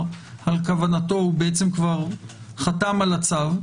על כוונתו הוא בעצם כבר חתם על הצו.